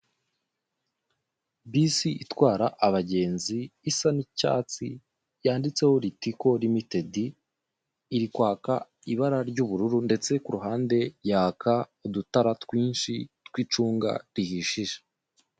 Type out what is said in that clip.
Bisi itwara abagenzi isa n'icyatsi, yanditseho ritiko rimitedi, iri kwaka ibara ry'ubururu ndetse ku ruhande yaka udutara twinshi tw'icunga rihishije.